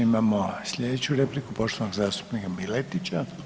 Imamo slijedeću repliku poštovanog zastupnika Miletića.